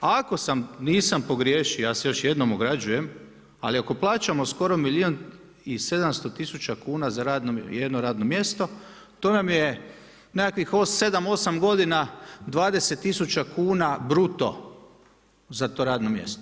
Ako sam, nisam pogriješio, ja se još jednom ograđujem, ali ako plaćamo skoro milijun i 700 tisuća kuna za jedno radno mjesto to nam je nekakvih 7, 8 godina 20 tisuća kuna bruto za to radno mjesto.